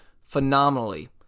phenomenally